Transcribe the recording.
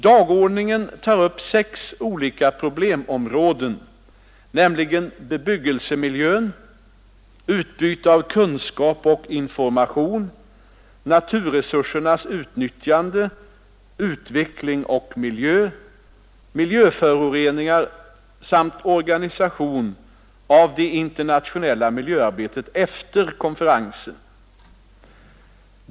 Dagordningen tar upp sex olika problemområden, nämligen bebyggelsemiljön, utbyte av kunskap och information, naturresursernas utnyttjande, utveckling och miljö, miljöföroreningar samt organisation av det internationella miljöarbetet efter konferensen.